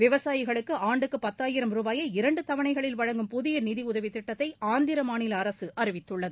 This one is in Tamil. விவசாயிகளுக்கு ஆண்டுக்கு பத்தாயிரம் ரூபாயை இரண்டு தவணைகளில் வழங்கும் புதிய நிதியுதவி திட்டத்தை ஆந்திர மாநில அரசு அறிவித்துள்ளது